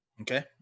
Okay